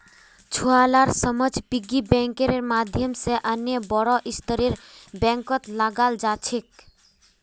छुवालार समझ पिग्गी बैंकेर माध्यम से अन्य बोड़ो स्तरेर बैंकत लगाल जा छेक